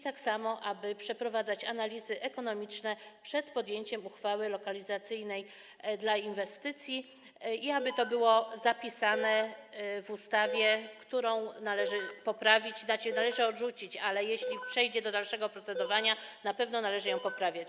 Tak samo proszę, aby przeprowadzać analizy ekonomiczne przed podjęciem uchwały lokalizacyjnej dla inwestycji i aby było to zapisane w ustawie, którą należy poprawić, tzn. odrzucić, ale jeśli przejdzie ona do dalszego procedowania, na pewno należy ją poprawiać.